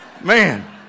Man